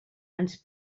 ens